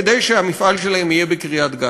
כדי שהמפעל שלהם יהיה בקריית-גת.